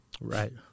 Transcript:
Right